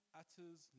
utters